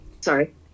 Sorry